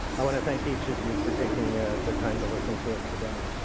i want to thank each of you for taking the time to listen to us today.